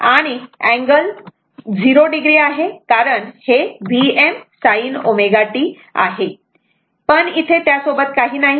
आणि angle 0 o आहे कारण हे Vm sin ω t आहे पण इथे तसे त्यासोबत काही नाही